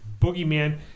boogeyman